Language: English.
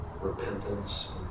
repentance